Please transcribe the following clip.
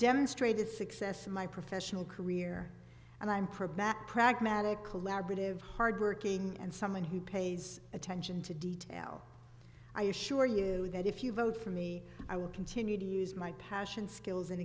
demonstrated success in my professional career and i'm pretty pragmatic collaborative hard working and someone who pays attention to detail i assure you that if you vote for me i will continue to use my passion skills and